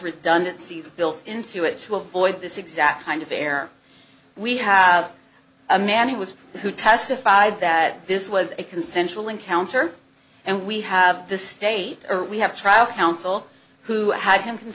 redundancies built into it to avoid this exact kind of fair we have a man he was who testified that this was a consensual encounter and we have the state or we have trial counsel who had him